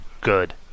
good